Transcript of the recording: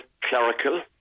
clerical